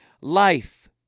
Life